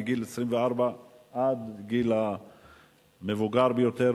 מגיל 24 עד הגיל המבוגר ביותר.